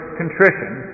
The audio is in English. contrition